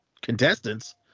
contestants